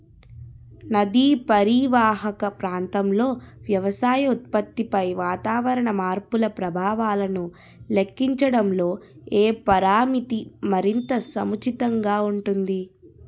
నదీ పరీవాహక ప్రాంతంలో వ్యవసాయ ఉత్పత్తిపై వాతావరణ మార్పుల ప్రభావాలను లెక్కించడంలో ఏ పరామితి మరింత సముచితంగా ఉంటుంది?